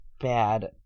bad